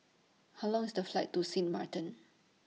How Long IS The Flight to Sint Maarten